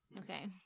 Okay